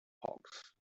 hawks